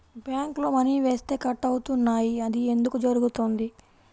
బ్యాంక్లో మని వేస్తే కట్ అవుతున్నాయి అది ఎందుకు జరుగుతోంది?